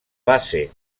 base